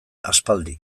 aspaldi